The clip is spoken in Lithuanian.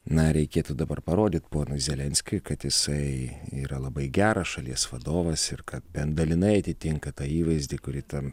na reikėtų dabar parodyt ponui zelenskiui kad jisai yra labai geras šalies vadovas ir kad bent dalinai atitinka tą įvaizdį kuri tam